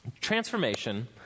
transformation